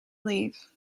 leave